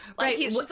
right